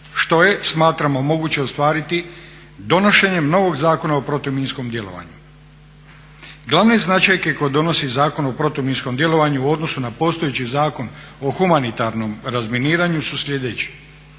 što je smatramo moguće ostvariti donošenjem novog Zakona o protuminskom djelovanju. Glavne značajke koje donosi Zakon o protuminskom djelovanju u odnosu na postojeći zakon o humanitarnom razminiranju su sljedeći: